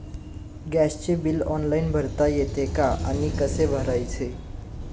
गॅसचे bill online भरता येते का आणि कसे भरायचे?